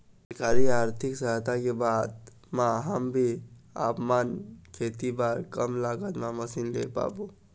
सरकारी आरथिक सहायता के बाद मा हम भी आपमन खेती बार कम लागत मा मशीन ले पाबो?